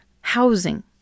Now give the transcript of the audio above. housing